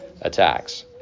attacks